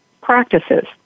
practices